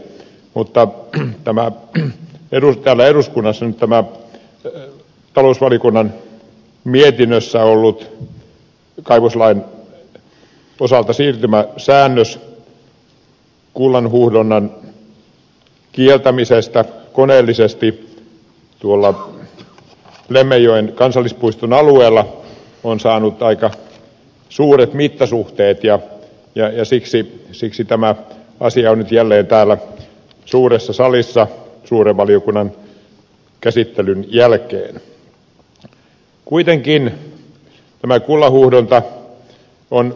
mutta täällä eduskunnassa nyt tässä talousvaliokunnan mietinnössä kaivoslain osalta ollut siirtymäsäännös koneellisen kullanhuuhdonnan kieltämisestä lemmenjoen kansallispuiston alueella on saanut aika suuret mittasuhteet ja siksi tämä asia on nyt jälleen täällä suuressa salissa suuren valiokunnan käsittelyn jälkeen